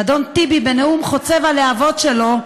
ואדון טיבי, בנאום חוצב הלהבות שלו,